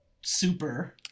super